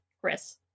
Chris